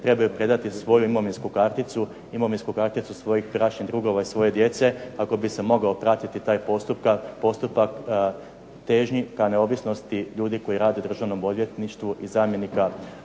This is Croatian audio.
trebaju predati svoju imovinsku karticu, imovinsku karticu svojih bračnih drugova i svoje djece kako bi se mogao pratiti taj postupak težnji ka neovisnosti ljudi koji rade u Državnom odvjetništvu i zamjenika